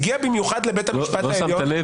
הוא הגיע במיוחד לבית המשפט העליון,